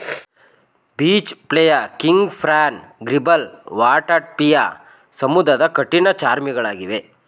beach flea, king prawn, gribble, water flea ಸಮುದ್ರದ ಕಠಿಣ ಚರ್ಮಿಗಳಗಿವೆ